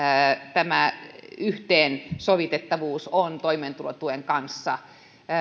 tämä yhteensovitettavuus on toimeentulotuen kanssa